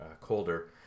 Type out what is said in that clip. colder